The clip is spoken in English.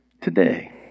today